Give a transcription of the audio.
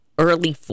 early